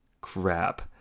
crap